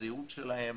לזהות שלהם,